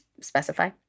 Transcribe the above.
specify